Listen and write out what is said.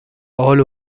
all